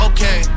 Okay